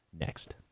next